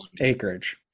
acreage